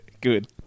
Good